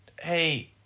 hey